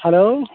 hello